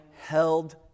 held